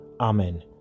Amen